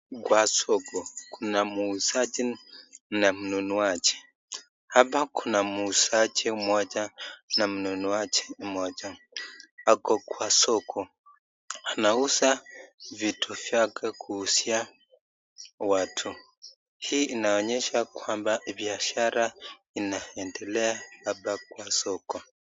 Kwa soko Kuna muizaji na mmunuaji hapa Kuna muusaji moja na ako kwa soko anauza vitu vyake kuuzia watu hii inaonyesha kwamba biashara hapa Kwa soko.